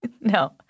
No